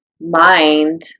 mind